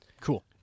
Cool